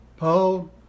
Paul